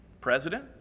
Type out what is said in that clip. president